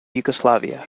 yugoslavia